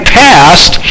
passed